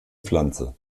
pflanze